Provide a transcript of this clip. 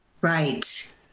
Right